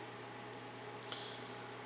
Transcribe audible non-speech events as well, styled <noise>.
<breath>